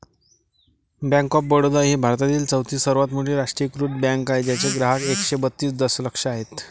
bank of Baroda ही भारतातील चौथी सर्वात मोठी राष्ट्रीयीकृत बँक आहे ज्याचे ग्राहक एकशे बत्तीस दशलक्ष आहेत